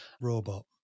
robot